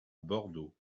bordeaux